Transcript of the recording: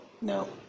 No